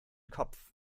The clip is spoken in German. kopf